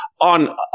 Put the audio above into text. On